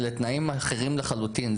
אלה תנאים אחרים לחלוטין.